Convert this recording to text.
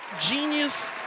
genius